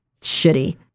shitty